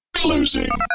closing